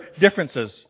differences